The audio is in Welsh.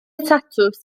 tatws